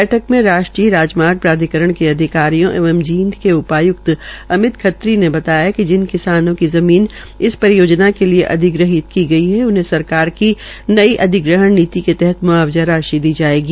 बैठक में राष्ट्रीय राजमार्ग प्राधिकरण के अधिकारियों एवं जींद के डीसी अमित खत्री ने बताया कि जिन किसानों की जमीन इस परियोजना के लिए अधिग्रहण की गई है उन्हें सरकार की नई अधिग्रहण नीति के तहत मुआवजा राशि दी जाएगी